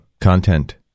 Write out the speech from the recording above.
Content